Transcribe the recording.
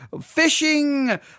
fishing